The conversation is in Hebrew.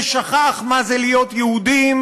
ששכח מה זה להיות יהודים,